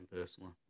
personally